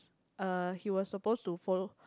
uh he was supposed to follow